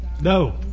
No